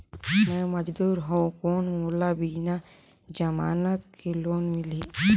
मे मजदूर हवं कौन मोला बिना जमानत के लोन मिलही?